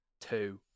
two